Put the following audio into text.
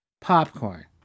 popcorn